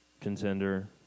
Contender